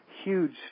huge